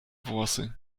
włosy